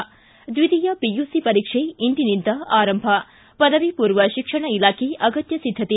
ಿ ದ್ವಿತೀಯ ಪಿಯುಸಿ ಪರೀಕ್ಷೆ ಇಂದಿನಿಂದ ಆರಂಭ ಪದವಿ ಪೂರ್ವ ಶಿಕ್ಷಣ ಇಲಾಖೆ ಅಗತ್ಯ ಸಿದ್ದತೆ